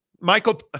Michael